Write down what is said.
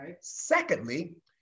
Secondly